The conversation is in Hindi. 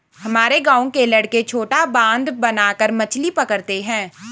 हमारे गांव के लड़के छोटा बांध बनाकर मछली पकड़ते हैं